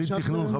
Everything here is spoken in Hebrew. לתכנון.